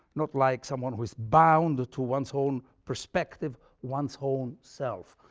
not like someone who is bound to one's own perspective, one's own self.